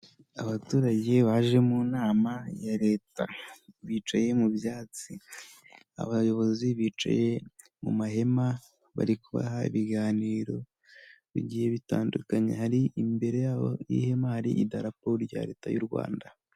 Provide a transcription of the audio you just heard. Abaturage baje mu nama ya leta bicaye mu byatsi abayobozi bicaye mu mahema bari kubaha ibiganiro bigiye bitandukanye hari imbere yabo y'ihemari hari idarapo rya leta y'u Rwanda.